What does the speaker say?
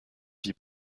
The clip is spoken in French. vie